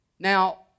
Now